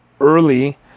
early